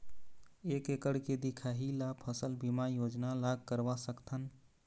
एक एकड़ के दिखाही ला फसल बीमा योजना ला करवा सकथन?